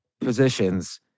positions